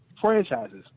franchises